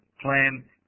plan